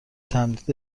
تمدید